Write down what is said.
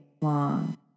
long